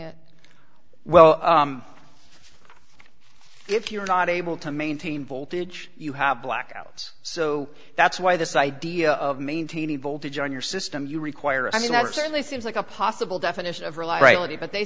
it well if you're not able to maintain voltage you have blackouts so that's why this idea of maintaining voltage on your system you require i mean that certainly seems like a possible definition of